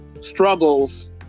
struggles